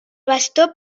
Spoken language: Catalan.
bastó